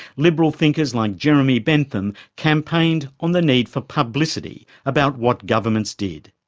liberal thinkers like jeremy bentham campaigned on the need for publicity about what governments did.